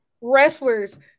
wrestlers